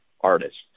artists